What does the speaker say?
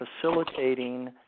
facilitating